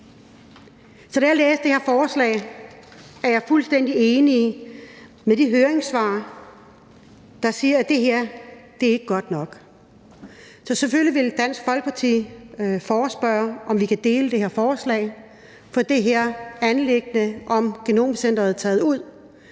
Så da jeg læste det her forslag, var jeg fuldstændig enig i de høringssvar, der siger, at det her ikke er godt nok. Så selvfølgelig vil Dansk Folkeparti forespørge, om vi kan dele det her forslag op og få det her anliggende om genomcenteret taget ud,